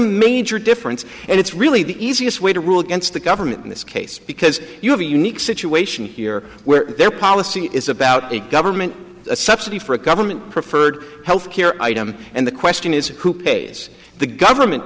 major difference and it's really the easiest way to rule against the government in this case because you have a unique situation here where their policy is about a government subsidy for a government preferred health care item and the question is who pays the government